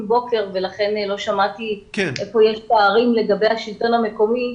הבוקר ולכן לא שמעתי איפה יש פערים לגבי השלטון המקומי.